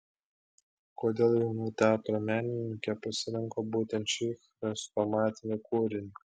kodėl jauna teatro menininkė pasirinko būtent šį chrestomatinį kūrinį